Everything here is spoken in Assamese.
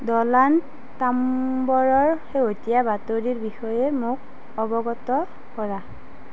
ড্ৰলান্ড ট্ৰাম্ব্ৰৰৰ শেহতীয়া বাতৰিৰ বিষয়ে মোক অৱগত কৰা